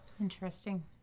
Interesting